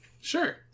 Sure